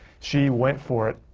she went for it